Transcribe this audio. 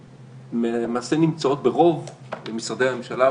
שלמעשה נמצאות ברוב משרדי הממשלה,